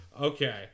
Okay